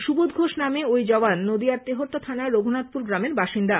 সুবোধ ঘোষ নামে ওই জওয়ান নদীয়ার তেহট্ট থানার রঘুনাথপুর গ্রামের বাসিন্দা